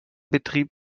betrieb